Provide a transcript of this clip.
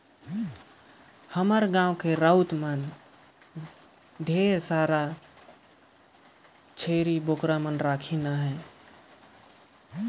हमर गाँव के राउत ल देख ढेरे अकन छेरी बोकरा राखिसे